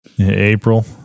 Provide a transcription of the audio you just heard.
April